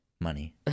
money